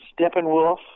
Steppenwolf